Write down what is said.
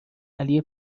علی